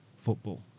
football